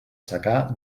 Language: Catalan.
secà